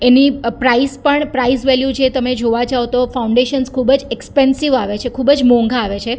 એની price પણ price value છે એ તમે જોવા જાવ તો ફાઉન્ડેશન્સ ખૂબ જ એક્સપેન્સીવ આવે છે ખૂબ મોંઘા આવે છે